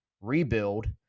rebuild